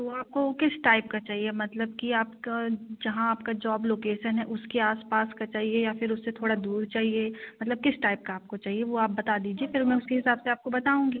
तो आपको किस टाइप का चाहिए मतलब कि आपका जहाँ आपका जॉब लोकेसन है उसके आसपास का चाहिए या फिर उससे थोड़ा दूर चाहिए मतलब किस टाइप का आपको चाहिए वह आप बता दीजिए फिर मैं उसके हिसाब से आपको बताऊँगी